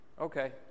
Okay